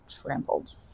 trampled